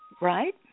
right